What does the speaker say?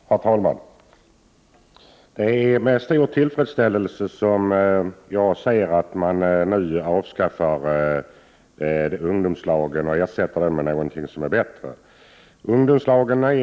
Herr talman! Det är med stor tillfredsställelse som jag ser att man nu avskaffar ungdomslagen och ersätter den med någonting som är bättre.